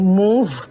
move